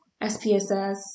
SPSS